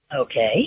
Okay